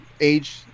age